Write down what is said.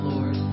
Lord